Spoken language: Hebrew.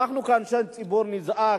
אנחנו כאנשי ציבור נזעק,